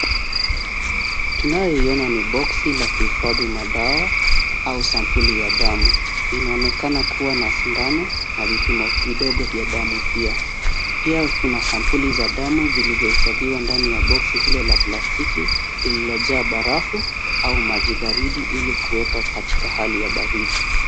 Tunayoiona ni boksi la kuhifadhi madawa au sampuli ya damu. Inaonekana kuwa na sindano na vipimo vidogo vya damu pia. Pia kuna sampuli za damu vilivyohifadhiwa ndani ya boksi hilo la plastiki, lililojaa barafu au maji baridi ili kuweka katika hali ya baridi.